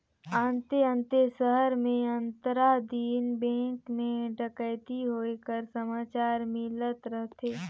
अन्ते अन्ते सहर में आंतर दिन बेंक में ठकइती होए कर समाचार मिलत रहथे